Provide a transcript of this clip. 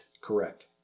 Correct